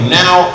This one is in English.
now